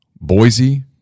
Boise